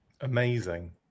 amazing